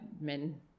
men